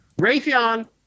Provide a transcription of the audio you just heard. Raytheon